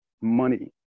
money